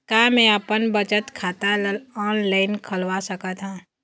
का मैं अपन बचत खाता ला ऑनलाइन खोलवा सकत ह?